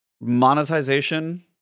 monetization